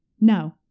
No